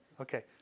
okay